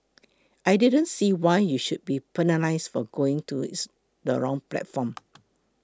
I didn't see why you should be penalised for going to its the wrong platform